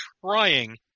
trying